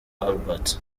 albert